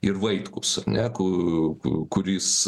ir vaitkus ar ne ku ku kuris